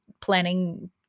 planning